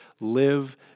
live